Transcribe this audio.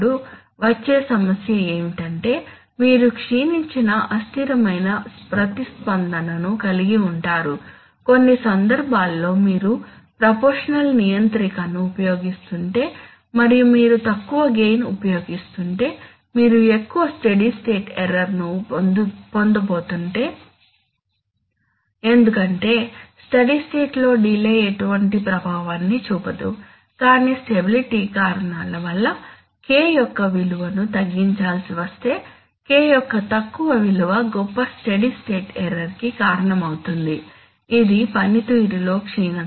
Refer Slide Time 1635 వచ్చే సమస్య ఏమిటంటే మీరు క్షీణించిన అస్థిరమైన ప్రతిస్పందనను కలిగి ఉంటారు కొన్ని సందర్భాల్లో మీరు ప్రపోర్షషనల్ నియంత్రికను ఉపయోగిస్తుంటే మరియు మీరు తక్కువ గెయిన్ ఉపయోగిస్తుంటే మీరు ఎక్కువ స్టడీ స్టేట్ ఎర్రర్ ను పొందబోతున్నారు ఎందుకంటే స్టడీ స్టేట్ లో డిలే ఎటువంటి ప్రభావాన్ని చూపదు కాని స్టెబిలిటీ కారణాల వల్ల K యొక్క విలువను తాగించాల్సి వస్తే K యొక్క తక్కువ విలువ గొప్ప స్టడీ స్టేట్ ఎర్రర్ కి కారణమవుతుంది ఇది పనితీరులో క్షీణత